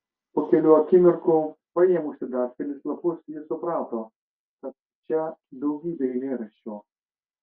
po kelių akimirkų paėmusi dar kelis lapus ji suprato kad čia daugybė eilėraščių